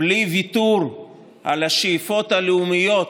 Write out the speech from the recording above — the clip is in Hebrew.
בלי ויתור על השאיפות הלאומיות